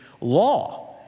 law